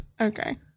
Okay